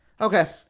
Okay